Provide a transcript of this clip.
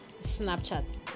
Snapchat